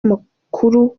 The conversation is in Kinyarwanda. amakuru